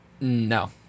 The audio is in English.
No